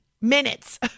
Minutes